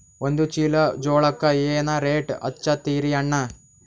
ಒಂದ ಚೀಲಾ ಜೋಳಕ್ಕ ಏನ ರೇಟ್ ಹಚ್ಚತೀರಿ ಅಣ್ಣಾ?